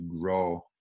grow